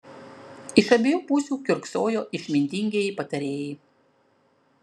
iš abiejų pusių kiurksojo išmintingieji patarėjai